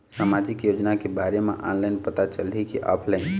सामाजिक योजना के बारे मा ऑनलाइन पता चलही की ऑफलाइन?